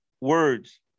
words